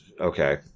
Okay